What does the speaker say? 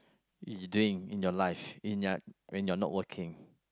you doing in your life when you're not working